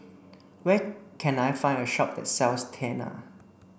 where can I find a shop that sells Tena